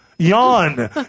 Yawn